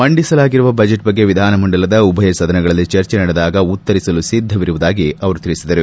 ಮಂಡಿಸಲಾಗಿರುವ budget ಬಗ್ಗೆ ವಿಧಾನ ಮಂಡಲದ ಉಭಯ ಸದನಗಳಲ್ಲಿ ಚರ್ಚೆ ನಡೆದಾಗ ಉತ್ತಿರಿಸಲು ಸಿದ್ಧವಿರುವುದಾಗಿ ಅವರು ತಿಳಿಸಿದರು